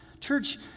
Church